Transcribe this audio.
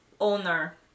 owner